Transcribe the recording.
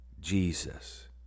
Jesus